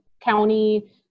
County